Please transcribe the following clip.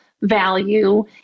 value